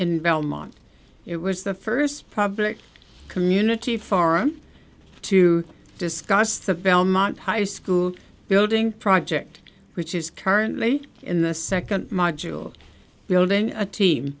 in belmont it was the first public community forum to discuss the belmont high school building project which is currently in the second module building a team